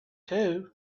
too